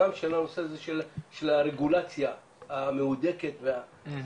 גם של הנושא הזה של הרגולציה המהודקת והחשובה.